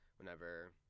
whenever